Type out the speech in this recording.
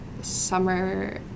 summer